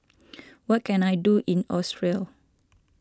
what can I do in Austria